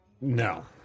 No